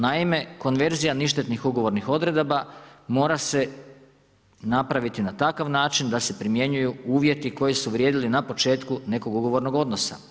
Naime, konverzija ništetnih ugovornih odredaba mora se napraviti na takav način da se primjenjuju uvjeti koji su vrijedili na početku nekog ugovornog odnosa.